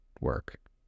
work